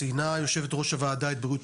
ציינה יושבת ראש הוועדה את בריאות